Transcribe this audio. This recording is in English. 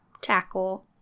tackle